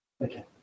okay